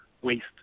waste